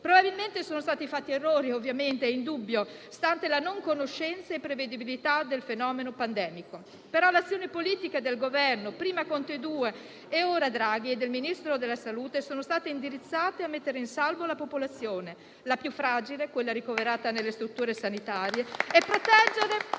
Probabilmente sono stati fatti errori - è indubbio - stante la non conoscenza e prevedibilità del fenomeno pandemico; però l'azione politica del Governo, prima Conte 2 e ora Draghi, e in particolare del Ministro della salute è stata indirizzata a mettere in salvo la popolazione, la più fragile, quella ricoverata nelle strutture sanitarie